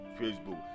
Facebook